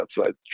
outside